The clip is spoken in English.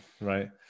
right